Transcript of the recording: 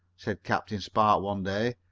said captain spark one day,